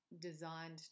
designed